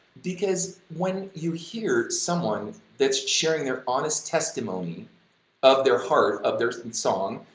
because when you hear someone that's sharing their honest testimony of their heart, of their song,